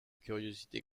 curiosité